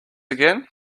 again